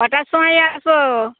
কটার সময় আসব